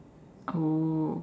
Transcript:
oh